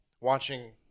Watching